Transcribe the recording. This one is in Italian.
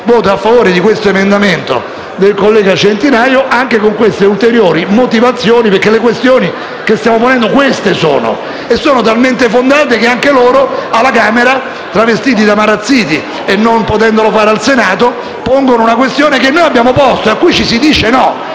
voterò a favore di questo emendamento del collega Centinaio anche con queste ulteriori motivazioni. Le questioni che stiamo ponendo, infatti, sono queste e sono talmente fondate che anche loro alla Camera, "travestiti" da Marazziti e non potendolo fare al Senato, pongono una questione che noi abbiamo posto e alla quale ci si dice no.